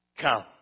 Come